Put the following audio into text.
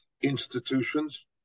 institutions